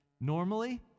Normally